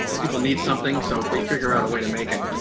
people need something, so they figure out a way to make it.